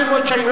500 שנים,